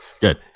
Good